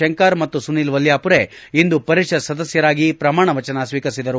ತಂಕರ್ ಮತ್ತು ಸುನೀಲ್ ವಲ್ನಾಪುರೆ ಇಂದು ಪರಿಷತ್ ಸದಸ್ನರಾಗಿ ಪ್ರಮಾಣವಚನ ಸ್ವೀಕರಿಸಿದರು